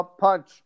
punch